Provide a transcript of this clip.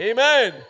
Amen